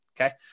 Okay